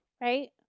right